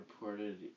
reported